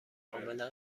کاملا